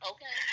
Okay